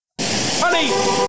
Honey